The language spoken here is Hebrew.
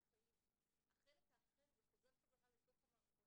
החלק האחר חוזר חזרה לתוך המערכות,